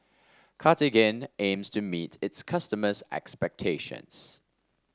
Cartigain aims to meet its customers' expectations